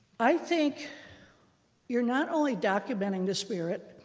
i think you're not only documenting the spirit,